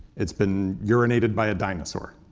it's been urinated by a dinosaur.